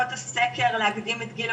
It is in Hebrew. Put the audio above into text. שגרת